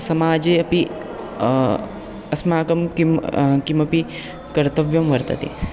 समाजे अपि अस्माकं किं किमपि कर्तव्यं वर्तते